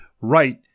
right